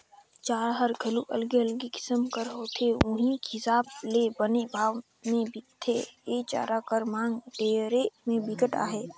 चारा हर घलोक अलगे अलगे किसम कर होथे उहीं हिसाब ले बने भाव में बिकथे, ए चारा कर मांग डेयरी में बिकट अहे